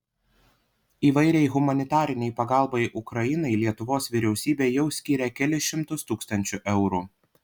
įvairiai humanitarinei pagalbai ukrainai lietuvos vyriausybė jau skyrė kelis šimtus tūkstančių eurų